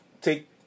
take